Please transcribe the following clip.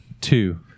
Two